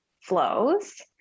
flows